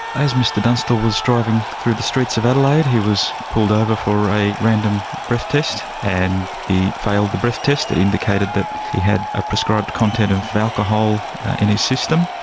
as mr dunstall was driving through the streets of adelaide he was pulled over for a random breath test and he failed the breath test, it indicated that he had a prescribed content of alcohol in his system,